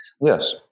Yes